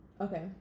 Okay